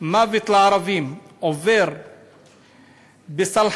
"מוות לערבים" עובר בסלחנות,